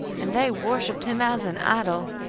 and they worshipped him as an idol.